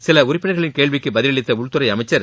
சில உறுப்பினர்களின் கேள்விக்கு பதிலளித்த உள்துறை அமைச்சர்